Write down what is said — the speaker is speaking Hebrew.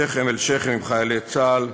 שכם אל שכם עם חיילי צה"ל,